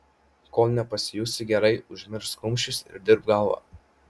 kol nepasijusi gerai užmiršk kumščius ir dirbk galva